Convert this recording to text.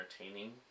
entertaining